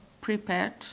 prepared